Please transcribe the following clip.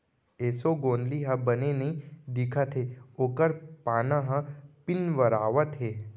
एसों गोंदली ह बने नइ दिखत हे ओकर पाना ह पिंवरावत हे